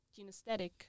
kinesthetic